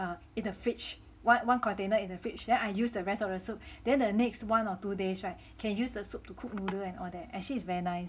in the fridge [one] one container in the fridge then I use the rest of the soup then the next one or two days [right] can use the soup to cook noodles and all that actually is very nice